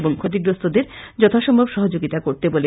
এবং ক্ষতিগ্রস্তদের যথাসম্ভব সহযোগীতা করতে বলে